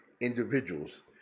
individuals